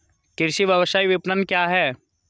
कृषि व्यवसाय विपणन क्या है?